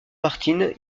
martin